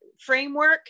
framework